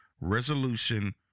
resolution